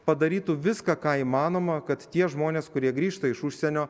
padarytų viską ką įmanoma kad tie žmonės kurie grįžta iš užsienio